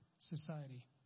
society